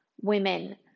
women